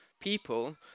people